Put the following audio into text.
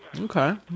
Okay